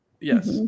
Yes